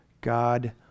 God